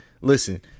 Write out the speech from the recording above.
listen